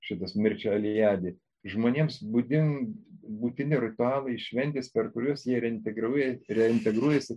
šitas mirčeliadi žmonėms būdin būtini ritualai šventės per kuriuos jie reintegruo reintegruojasi